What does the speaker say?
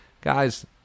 guys